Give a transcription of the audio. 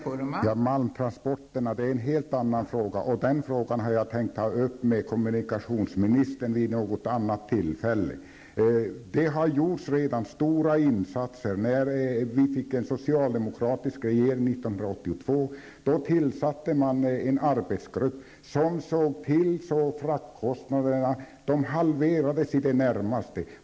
Fru talman! Malmtransporterna är en helt annan fråga, och den tänker jag ta upp med kommunikationsministern vid något annat tillfälle. Det har redan gjorts stora insatser. När vi fick en socialdemokratisk regering 1982 tillsattes en arbetsgrupp som såg till att fraktkostnaderna i det närmaste halverades.